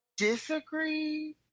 disagree